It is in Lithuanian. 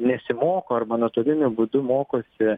nesimoko arba nuotoliniu būdu mokosi